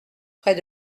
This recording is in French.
près